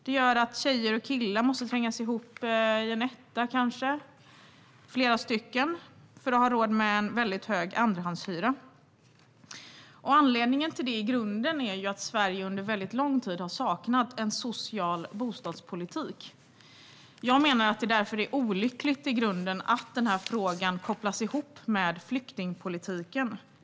Det gör att flera tjejer och killar måste trängas ihop i en etta för att ha råd med en väldigt hög andrahandshyra. Anledningen till detta är att Sverige under väldigt lång tid har saknat en social bostadspolitik. Jag menar att det därför är olyckligt i grunden att den här frågan kopplas ihop med flyktingpolitiken.